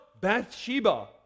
Bathsheba